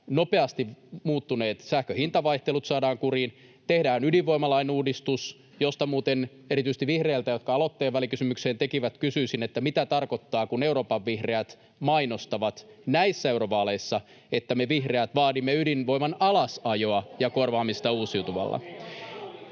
nopeasti muuttuneet sähkön hintavaihtelut saadaan kuriin, tehdään ydinvoimalain uudistus — josta muuten erityisesti vihreiltä, jotka aloitteen välikysymykseen tekivät, kysyisin, mitä tarkoittaa, kun Euroopan vihreät mainostavat näissä eurovaaleissa, että ”me vihreät vaadimme ydinvoiman alasajoa ja korvaamista uusiutuvalla”.